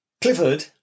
Clifford